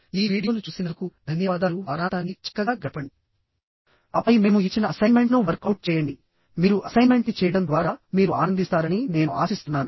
ఈ వీడియోను చూసినందుకు ధన్యవాదాలు వారాంతాన్ని చక్కగా గడపండి ఆపై మేము ఇచ్చిన అసైన్మెంట్ను వర్క్ అవుట్ చేయండి మీరు అసైన్మెంట్ని చేయడం ద్వారా మీరు ఆనందిస్తారని నేను ఆశిస్తున్నాను